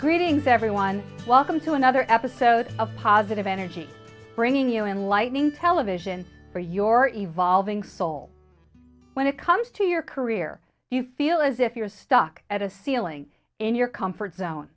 greetings everyone welcome to another episode of energy bringing you and lightning television for your evolving soul when it comes to your career you feel as if you're stuck at a ceiling in your comfort zone